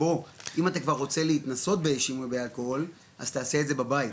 'בוא אם אתה רוצה להתנסות באלכוהול אז תעשה את זה בבית',